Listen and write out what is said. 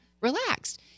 relaxed